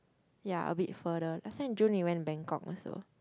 ya a bit further last time June we went Bangkok also